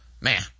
Man